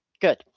good